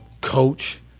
Coach